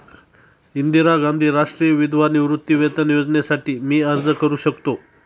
इंदिरा गांधी राष्ट्रीय विधवा निवृत्तीवेतन योजनेसाठी मी अर्ज करू शकतो?